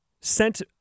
sent